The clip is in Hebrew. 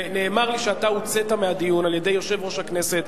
נאמר לי שאתה הוצאת מהדיון על-ידי יושב-ראש הכנסת,